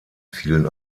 fielen